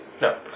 No